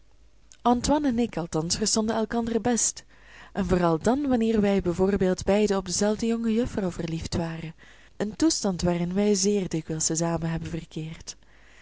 antoine en ik althans verstonden elkander best en vooral dan wanneer wij bijvoorbeeld beiden op dezelfde jongejuffrouw verliefd waren een toestand waarin wij zeer dikwijls te zamen hebben verkeerd